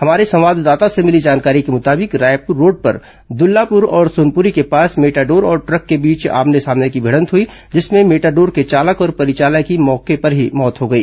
हमारे संवाददाता से मिली जानकारी के मुताबिक रायपुर रोड के दुल्लापुर और सोनपुरी के पास मेटाडोर और ट्रक के बीच आमने सामने की भिडंत हुई जिसमे मेटार्डोर के चालक और परिचालक की मौके पर ही मौत हो गई